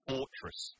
Fortress